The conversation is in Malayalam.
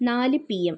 നാല് പി എം